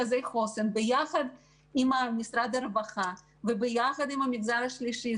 מרכזי חוסן ביחד עם משרד הרווחה וביחד עם המגזר השלישי,